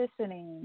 listening